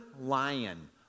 lion